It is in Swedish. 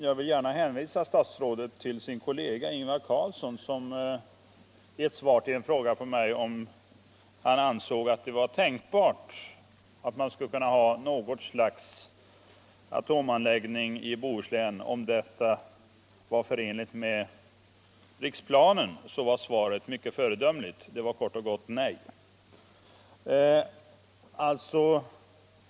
Jag vill hänvisa statsrådet till hans kollega Ingvar Carlsson som tidigare i ett svar på en fråga om det var tänkbart att man skulle kunna ha något slags atomanläggning i Bohuslän och om detta var förenligt med riksplanen har sagt nej. I det avseendet var svaret mycket föredömligt - det var kort och gott nej.